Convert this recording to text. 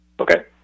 Okay